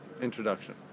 introduction